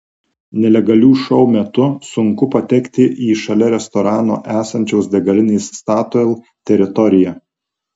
nelegalių šou metu sunku patekti į šalia restorano esančios degalinės statoil teritoriją